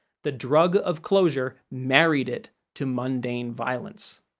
the drug of closure married it to mundane violence.